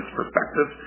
perspective